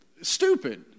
stupid